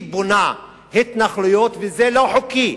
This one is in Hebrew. היא בונה התנחלויות, וזה לא חוקי.